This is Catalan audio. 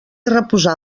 reposar